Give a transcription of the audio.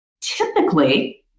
Typically